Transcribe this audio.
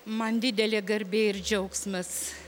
man didelė garbė ir džiaugsmas